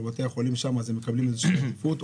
בבתי החולים שם הם מקבלים איזושהי עדיפות?